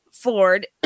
ford